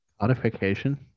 Modification